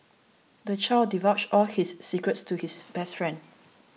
the child divulged all his secrets to his best friend